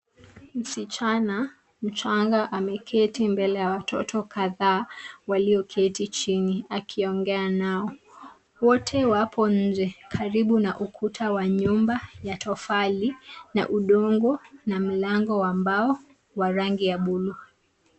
Msichana mchanga ameketi mbele ya watoto kadhaa walioketi chini akiongea nao. Wote wapo nje karibu na nyumba ya tofali na udongo na mlango wa mbao wa rangi ya bluu.